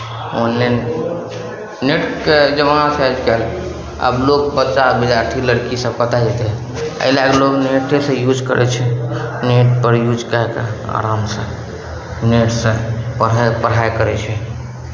online नेटके जमाना छै आज काल्हि आब लोक बच्चा विद्यार्थी लड़कीसभ कतय जेतै एहि लए कऽ लोक नेटेसँ यूज करै छै नेटपर यूज कए कऽ आरामसँ नेटसँ पढ़नाइ पढ़ाइ करै छै